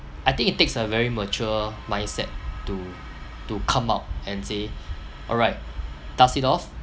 I think it takes a very mature mindset to to come out and say alright toss it off